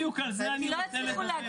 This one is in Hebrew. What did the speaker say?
בדיוק על זה אני רוצה לדבר.